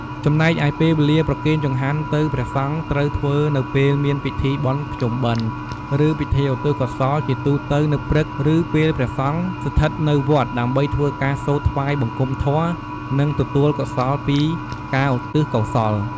ចំណែកឯពេលវេលាប្រគេនចង្ហាន់ទៅព្រះសង្ឃត្រូវធ្វើនៅពេលមានពិធីបុណ្យភ្ជុំបិណ្ឌ ឬពិធីឧទ្ទិសកុសល ជាទូទៅនៅព្រឹកឬពេលព្រះអង្គសង្ឃស្ថិតនៅវត្ត ដើម្បីធ្វើការសូត្រថ្វាយបង្គំធម៌ និងទទួលកុសលពីការឧទិសកោសល។